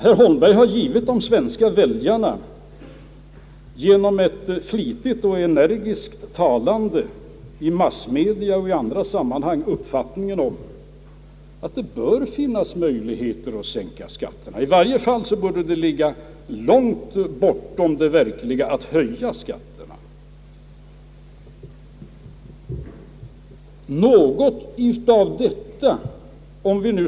Herr Holmberg har genom ett flitigt och energiskt talande i massmedia och i andra sammanhang givit de svenska väljarna den uppfattningen, att det bör finnas möjligheter att sänka skatterna eller i varje fall bör det ligga långt bortom verkligheten att höja skatterna. Vi skall självfallet ta viss hänsyn till valutslaget.